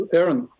Aaron